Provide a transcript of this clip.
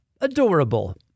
adorable